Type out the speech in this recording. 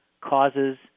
causes